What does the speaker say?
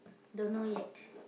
don't know yet